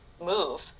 move